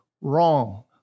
wrong